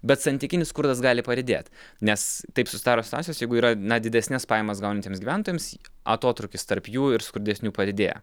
bet santykinis skurdas gali padidėt nes taip susidaro situacijos jeigu yra na didesnes pajamas gaunantiems gyventojams atotrūkis tarp jų ir skurdesnių padidėja